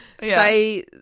say